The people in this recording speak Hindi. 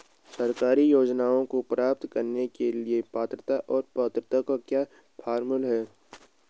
सरकारी योजनाओं को प्राप्त करने के लिए पात्रता और पात्रता का क्या फार्मूला है?